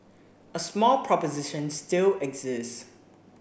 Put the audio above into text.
a small proposition still exists